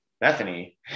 Bethany